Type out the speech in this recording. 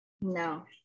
No